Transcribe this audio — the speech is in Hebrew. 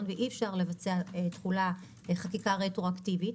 ואי-אפשר לבצע חקיקה רטרואקטיבית,